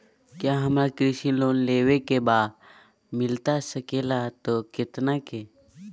क्या हमारा कृषि लोन लेवे का बा मिलता सके ला तो कितना के?